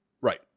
right